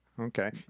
Okay